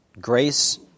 Grace